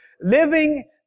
Living